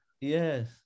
Yes